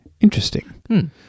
Interesting